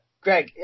Greg